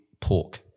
pork